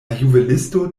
juvelisto